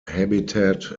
habitat